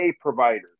providers